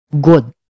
good